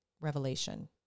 Revelation